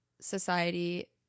society